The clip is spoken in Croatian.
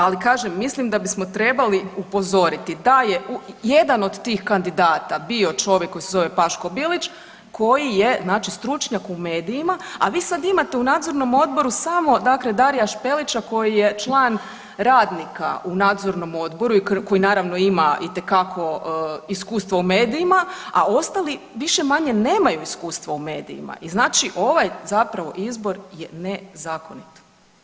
Ali kažem mislim da bismo trebali upozoriti da je jedan od tih kandidata bio čovjek koji se zove Paško Bilić koji je znači stručnjak u medijima, a vi sad imate u nadzornom odboru samo dakle Daria Špelića koji je član radnika u nadzornom odboru i koji naravno ima itekako iskustava u medijima, a ostali više-manje nemaju iskustva u medijima i znači ovaj zapravo izbor je nezakonit.